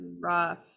rough